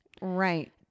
Right